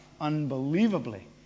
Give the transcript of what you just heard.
unbelievably